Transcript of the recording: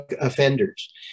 offenders